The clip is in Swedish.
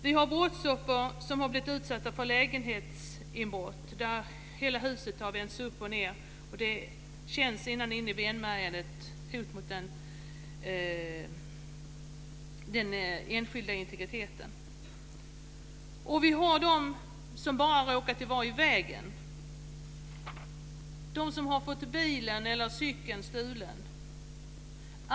Vi har brottsoffer som blivit utsatta för lägenhetsinbrott där hela huset har vänts upp och ned. Det känns ända in i benmärgen som ett hot mot den enskilda integriteten. Och vi har dem som bara råkat vara i vägen, som fått bilen eller cykeln stulen.